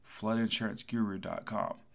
floodinsuranceguru.com